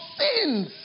sins